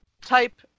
type